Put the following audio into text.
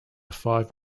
five